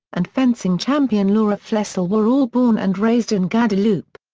and fencing champion laura flessel were all born and raised in guadeloupe.